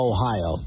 Ohio